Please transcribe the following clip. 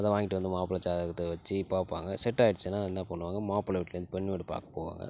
அதை வாங்கிகிட்டு வந்து மாப்பிள ஜாதகத்தை வச்சு பார்ப்பாங்க செட் ஆய்டுச்சுன்னா என்னப் பண்ணுவாங்க மாப்பிள வீட்டுலருந்து பெண் வீடு பார்க்கப் போவாங்க